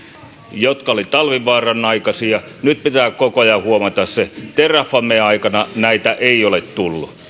jotka olivat talvivaaran aikaisia nyt pitää koko ajan huomata terrafamen aikana näitä ei ole tullut